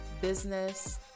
business